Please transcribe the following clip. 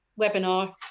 webinar